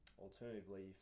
alternatively